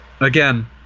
Again